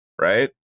right